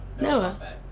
Noah